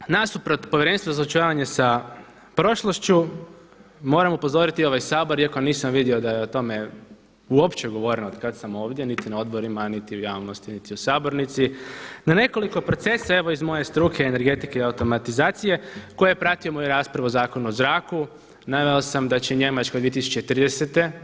Evo nasuprot Povjerenstvu za suočavanje sa prošlošću moram upozoriti i ovaj Sabor iako nisam vidio da je o tome uopće govoreno od kad sam ovdje niti na odborima, niti u javnosti, niti u sabornici na nekoliko procesa evo iz moje struke energetike i automatizacije tko je pratio moj raspravu o Zakonu o zraku naveo sam da će u Njemačkoj 2030.